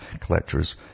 collectors